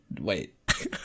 Wait